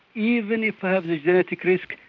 even if i have the genetic risk,